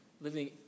living